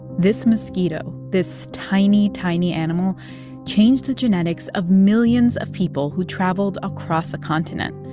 this mosquito this tiny, tiny animal changed the genetics of millions of people who traveled across a continent.